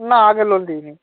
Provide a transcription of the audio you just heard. না আগে লোন নিইনি